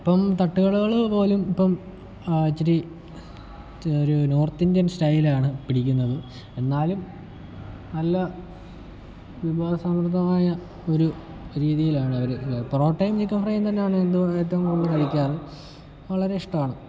ഇപ്പം തട്ടുകടകൾ പോലും ഇപ്പം ആ ഇച്ചിരി ഒരു നോർത്ത് ഇന്ത്യൻ സ്റ്റൈലാണ് പിടിക്കുന്നത് എന്നാലും നല്ല വിഭവ സമൃദ്ധമായ ഒരു രീതിയിലാണ് അവർ പൊറോട്ടയും ചിക്കൻ ഫ്രൈയും തന്നാണ് എന്തുവ ഏറ്റവും കൂടുതൽ കഴിക്കാറ് വളരെ ഇഷ്ടമാണ്